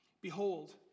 Behold